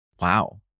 Wow